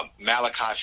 Malachi